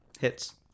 Hits